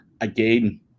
again